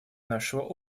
нашего